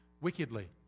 wickedly